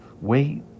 wait